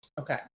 Okay